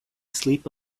sleep